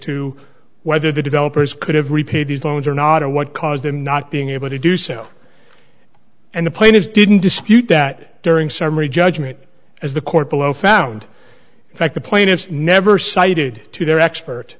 to whether the developers could have repay these loans or not or what caused them not being able to do so and the plaintiffs didn't dispute that during summary judgment as the court below found in fact the plaintiffs never cited to their expert